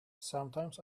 sometimes